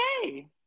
okay